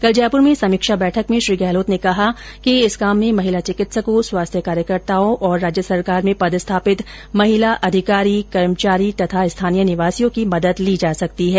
कल जयपुर में समीक्षा बैठक में श्री गहलोत ने कहा िकइस काम में महिला चिकित्सकों स्वास्थ्य कार्यकर्ताओं और राज्य सरकार में पदस्थापित महिला अधिकारी कर्मचारी तथा स्थानीय निवासियों की मदद ली जा सकती है